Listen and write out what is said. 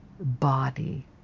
body